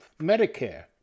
Medicare